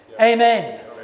amen